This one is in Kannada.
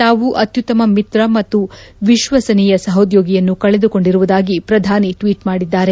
ತಾವು ಅತ್ಯುತ್ತಮ ಮಿತ್ರ ಮತ್ತು ವಿಶ್ವಸನೀಯ ಸಹೋದ್ಯೋಗಿಯನ್ನು ಕಳೆದುಕೊಂಡಿರುವುದಾಗಿ ಪ್ರಧಾನಿ ಟ್ವೀಟ್ ಮಾಡಿದ್ದಾರೆ